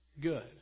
good